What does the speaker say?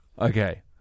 Okay